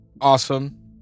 Awesome